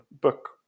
book